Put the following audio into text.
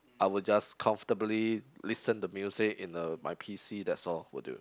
I would just comfortably listen to music in the my P_C that's all will do